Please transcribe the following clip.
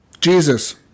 Jesus